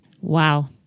Wow